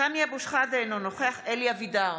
סמי אבו שחאדה, אינו נוכח אלי אבידר,